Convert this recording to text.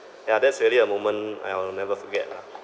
ya that's really a moment I'll never forget lah